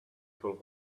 shall